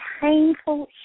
painful